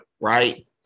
right